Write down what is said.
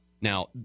Now